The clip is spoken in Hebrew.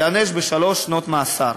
ייענש בשלוש שנות מאסר.